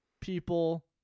people